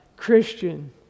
Christian